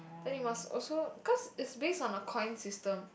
then you must also cause it's base on a coin system